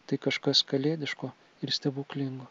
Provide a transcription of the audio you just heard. tai kažkas kalėdiško ir stebuklingo